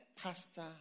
pastor